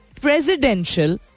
presidential